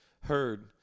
heard